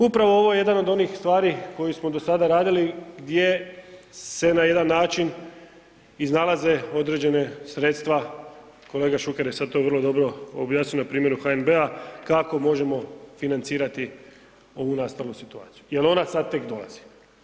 Upravo je ovo jedna od onih stvari koje smo do sada radili gdje se na jedan način iznalaze određena sredstva, kolega Šuker je sada to vrlo dobro objasnio na primjeru HNB-a kako možemo financirati ovu nastalu situaciju jel ona sada tek dolazi.